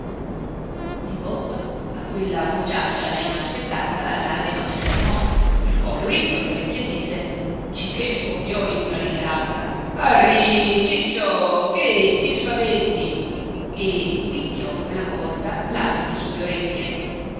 di botto a quella vociaccia inaspettata l'asino si fermò il collo ritto le orecchie tese cichè scoppiò in una risata arrì ciccio che ti spaventi e picchiò con la corda l'asino sulle orecchie